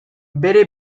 bere